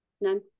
None